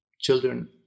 children